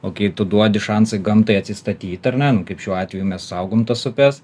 o kai tu duodi šansai gamtai atsistatyt ar ne nu kaip šiuo atveju mes saugom tas upes